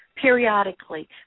Periodically